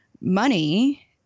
money